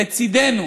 לצידנו